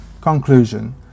Conclusion